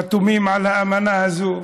חתומים על האמנה הזאת,